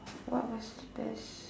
what what's the best